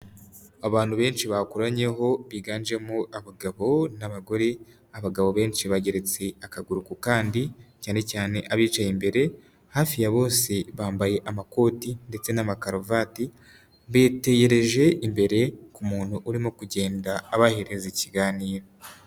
Abantu benshi bakoranyeho biganjemo abagabo n'abagore, abagabo benshi bageretse akaguru ku kandi cyane cyane abicaye imbere, hafi ya bose bambaye amakoti ndetse n'amakaruvati bitegereje imbere ku muntu urimo kugenda abahereza ikiganiro.